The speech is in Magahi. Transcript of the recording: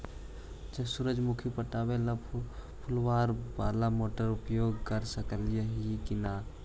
सुरजमुखी पटावे ल फुबारा बाला मोटर उपयोग कर सकली हे की न?